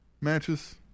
Matches